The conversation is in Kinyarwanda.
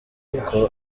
uko